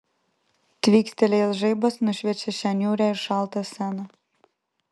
tvykstelėjęs žaibas nušviečia šią niūrią ir šaltą sceną